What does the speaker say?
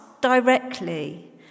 directly